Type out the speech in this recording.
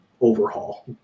overhaul